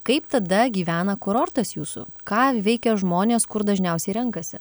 kaip tada gyvena kurortas jūsų ką veikia žmonės kur dažniausiai renkasi